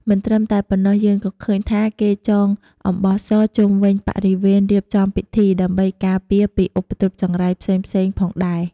មិនត្រឹមតែប៉ុណ្ណោះ យើងក៏ឃើញថាគេចងអំបោះសជុំវិញបរិវេណរៀបចំពិធី ដើម្បីការពារពីឧបទ្រពចង្រៃផ្សេងៗផងដែរ។